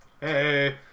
Hey